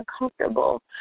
uncomfortable